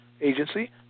agency